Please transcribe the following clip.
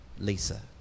Lisa